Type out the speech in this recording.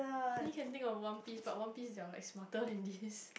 only can think of One-Piece but One-Piece dialogue is smarter than this